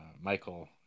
Michael